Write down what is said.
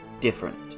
different